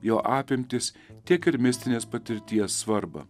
jo apimtis tiek ir mistinės patirties svarbą